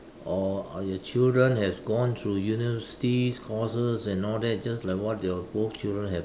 or your children has gone through university courses and all that just like what they will both children have